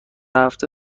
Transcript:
هفته